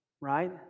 right